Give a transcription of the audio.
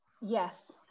yes